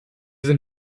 sind